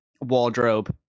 wardrobe